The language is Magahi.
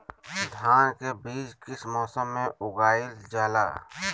धान के बीज किस मौसम में उगाईल जाला?